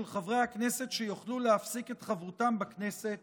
חברי הכנסת שיוכלו להפסיק את חברותם בכנסת